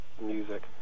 music